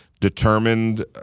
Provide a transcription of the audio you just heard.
determined